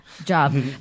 job